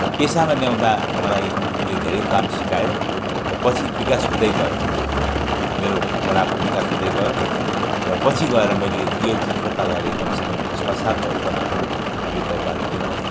र पेसामा ल्याउँदा मलाई यसले धेरै काम सिकायो र पछि विकास हुँदै गयो मेरो कलाको विकास हुँदै गयो र पछि गएर मैले यो चित्रकलाले कमसेकम छ सात वर्ष आफ्नो जीविका उपार्जन पनि गरेँ